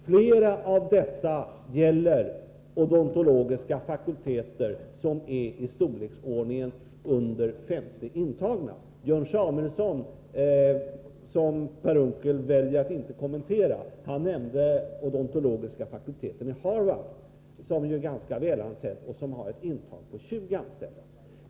Flera av dessa exempel gäller odontologiska fakulteter som omfattar ca 50 intagningsplatser. Björn Samuelson nämnde i sitt inlägg, vilket Per Unckel väljer att inte kommentera, den odontologiska fakulteten vid Harvard, som ju är ganska ansedd och som omfattar 20 intagningsplatser.